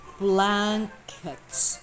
blankets